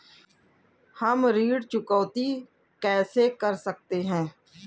हम ऋण चुकौती कैसे कर सकते हैं?